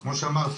כמו שאמרתי,